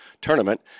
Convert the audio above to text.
tournament